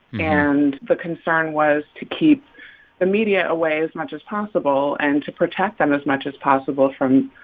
and the concern was to keep the media away as much as possible and to protect them as much as possible from,